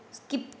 skip